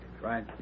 Right